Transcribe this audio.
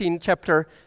chapter